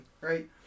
right